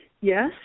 yes